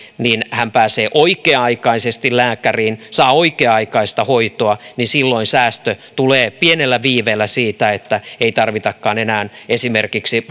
hän pääsee oikea aikaisesti lääkäriin saa oikea aikaista hoitoa niin silloin säästö tulee pienellä viiveellä siitä että ei tarvitakaan enää esimerkiksi